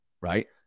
Right